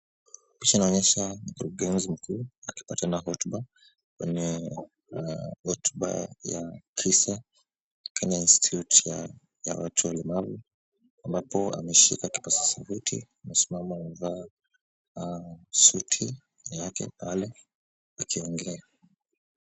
Picha inaonyesha mkurugenzi mkuu akipatiana hotuba kwenye hotuba ya kesi, Kenya Institute ya watu walemavu, ambapo ameshika kipaza sauti. Amesimama amevaa suti yake pale akiongea.